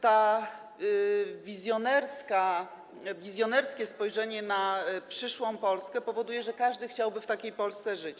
To wizjonerskie spojrzenie na przyszłą Polskę powoduje, że każdy chciałby w takiej Polsce żyć.